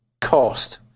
cost